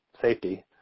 safety